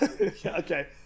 okay